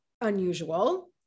unusual